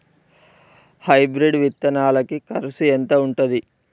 Hybrid విత్తనాలకి కరుసు ఎంత ఉంటది?